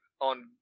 on